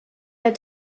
der